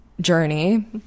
journey